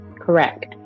correct